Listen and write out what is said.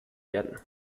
werden